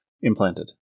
implanted